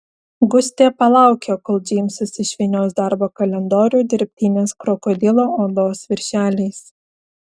gustė palaukė kol džeimsas išvynios darbo kalendorių dirbtinės krokodilo odos viršeliais